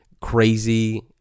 crazy